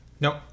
nope